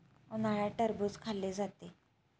उन्हाळ्यात टरबूज खाल्ले जाते